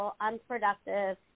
unproductive